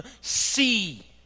see